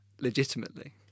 legitimately